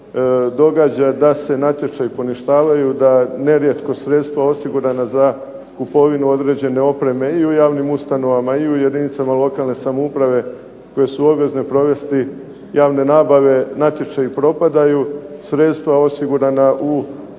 događa da se natječaji poništavaju, da nerijetko sredstva osigurana za kupovinu određene opreme i u javnim ustanovama i u jedinicama lokalne samouprave koje su obvezne provesti javne nabave, natječaji propadaju, sredstva osigurana u